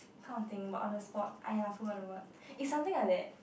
kind of thing but on the spot !aiya! forgot the word